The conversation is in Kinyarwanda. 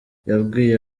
yabwiye